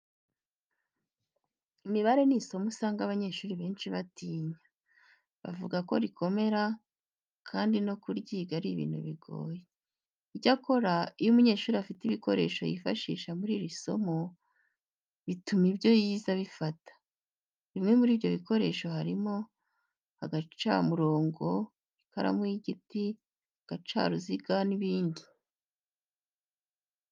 Imibare ni isomo usanga abanyeshuri benshi batinya. Bavuga ko rikomera kandi no kuryiga ari ibintu bigoye. Icyakora, iyo umunyeshuri afite ibikoresho yifashisha muri iri somo bituma ibyo yize abifata. Bimwe muri ibyo bikoresho, harimo agacamurongo, ikaramu y'igiti, agacaruziga n'ibindi.